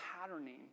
patterning